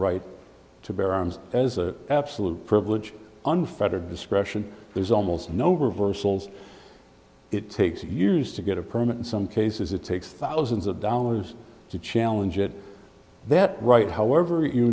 right to bear arms as an absolute privilege unfettered discretion there's almost no reversals it takes years to get a permit in some cases it takes thousands of dollars to challenge it that right however you